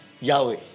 Yahweh